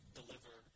deliver